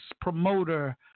promoter